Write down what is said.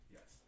Yes